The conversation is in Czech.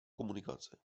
komunikace